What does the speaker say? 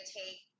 take